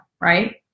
right